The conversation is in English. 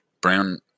Brown